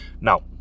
Now